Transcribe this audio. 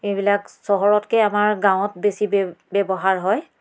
এইবিলাক চহৰতকৈ আমাৰ গাঁৱত বেছি ব্যৱহাৰ হয়